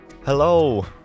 Hello